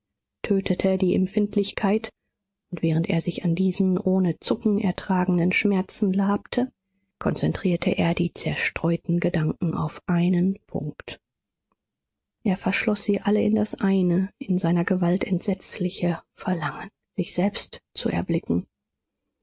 tötete die empfindlichkeit und während er sich an diesen ohne zucken ertragenen schmerzen labte konzentrierte er die zerstreuten gedanken auf einen punkt er verschloß sie alle in das eine in seiner gewalt entsetzliche verlangen sich selbst zu erblicken